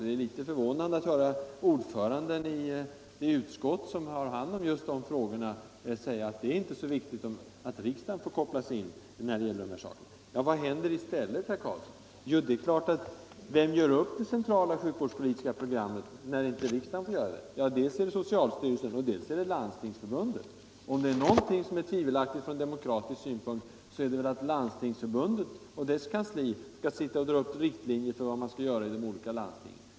Det är litet förvånande att höra ordföranden i det utskott som har hand om detta område säga att de här sakerna inte är så viktiga att 83 "riksdagen behöver kopplas in. Vad händer i stället, herr Karlsson i Husk varna? Vem gör upp det centrala sjukvårdspolitiska programmet när inte riksdagen får göra det? Jo, dels är det socialstyrelsen, dels Landstingsförbundet. Är det någonting som är tvivelaktigt ur demokratisk synpunkt är det väl att Landstingsförbundet och dess kansli skall dra upp riktlinjer för vad man skall göra i de olika landstingen.